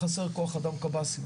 חסר כוח אדם קבסי"ם.